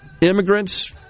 immigrants